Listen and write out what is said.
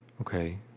okay